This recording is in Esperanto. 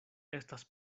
estas